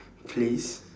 please